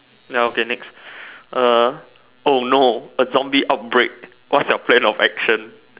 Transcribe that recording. ya okay next uh oh no a zombie outbreak what's your plan of action